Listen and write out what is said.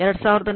1 watt ಆಗಿದೆ